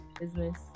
business